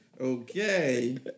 Okay